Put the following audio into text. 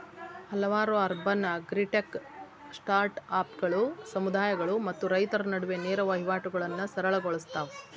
ಹಲವಾರು urban agritech ಸ್ಟಾರ್ಟ್ಅಪ್ಗಳು ಸಮುದಾಯಗಳು ಮತ್ತು ರೈತರ ನಡುವೆ ನೇರ ವಹಿವಾಟುಗಳನ್ನಾ ಸರಳ ಗೊಳ್ಸತಾವ